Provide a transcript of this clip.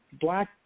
black